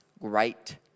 great